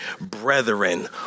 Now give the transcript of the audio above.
brethren